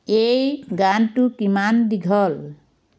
এই গানটো কিমান দীঘল